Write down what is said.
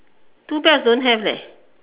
two belts don't have leh